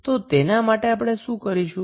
તો તેના માટે આપણે શું કરીશું